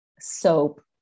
soap